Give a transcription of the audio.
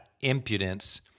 impudence